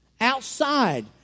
outside